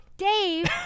Dave